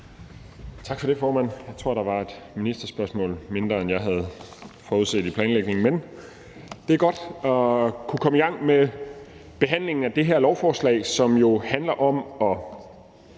Tak for det, formand. Jeg tror, der var et ministerspørgsmål mindre, end jeg havde forudset i planlægningen, men det er godt at kunne komme i gang med behandlingen af det her lovforslag. Det handler om at